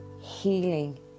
healing